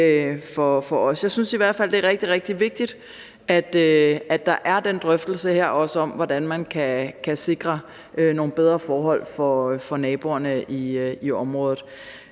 Jeg synes i hvert fald, det er rigtig, rigtig vigtigt, at der er den her drøftelse om, hvordan man kan sikre nogle bedre forhold for naboerne i området.